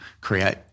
create